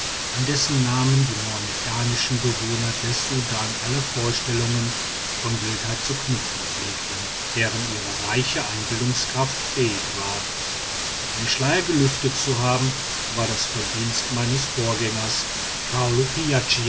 an dessen namen die mohammedanischen bewohner des sudan alle vorstellungen von wildheit zu knüpfen pflegten deren ihre reiche einbildungskraft fähig war den schleier gelüftet zu haben war das verdienst meines vorgängers